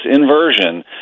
inversion